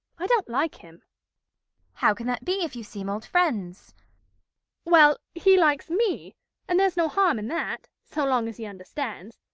i don't like him how can that be if you seem old friends well, he likes me and there's no harm in that, so long as he understands.